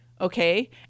okay